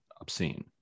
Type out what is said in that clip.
obscene